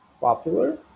popular